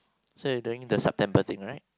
so you're doing the September thing right